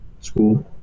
school